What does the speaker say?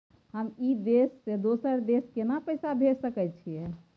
हम ई देश से दोसर देश केना पैसा भेज सके छिए?